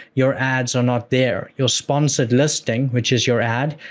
your ads are not there. your sponsored listing, which is your ad,